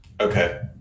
Okay